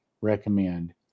recommend